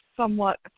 somewhat